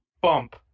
bump